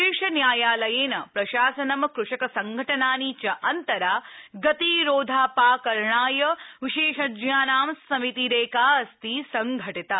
शीर्षन्यायालयेन प्रशासनं कृषकसंघटनानि च अन्तरा गतिरोधापाकरणाय विशेषज्ञानां समितिरेका अस्ति संघटिता